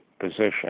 position